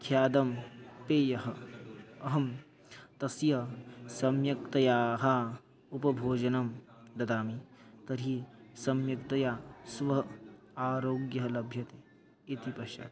ख्यातं पेयः अहं तस्य सम्यक्तया उपभोजनं ददामि तर्हि सम्यक्तया स्व आरोग्यः लभ्यते इति पश्यात्